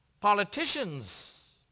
Politicians